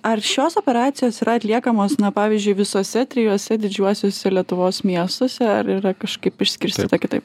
ar šios operacijos yra atliekamos na pavyzdžiui visuose trijuose didžiuosiuose lietuvos miestuose ar yra kažkaip išskirstyta kitaip